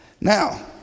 Now